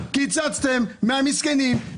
קיצצתם מהמסכנים,